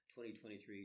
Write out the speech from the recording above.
2023